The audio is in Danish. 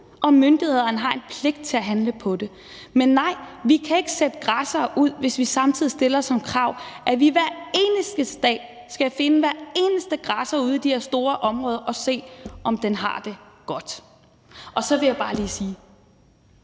og myndighederne har en pligt til at handle på det. Men nej, vi kan ikke sætte græssere ud, hvis vi samtidig stiller som krav, at vi hver eneste dag skal finde hver eneste græsser ude i de her store områder og se, om den har det godt. Og så vil jeg bare lige sige,